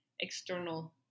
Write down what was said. external